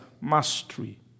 mastery